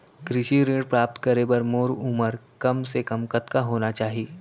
कृषि ऋण प्राप्त करे बर मोर उमर कम से कम कतका होना चाहि?